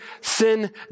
sin